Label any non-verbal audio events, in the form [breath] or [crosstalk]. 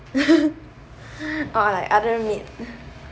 [laughs] [breath] or like other meat